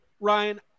Ryan